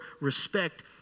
respect